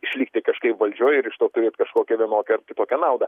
išlikti kažkaip valdžioj ir iš to turėt kažkokią vienokią ar kitokią naudą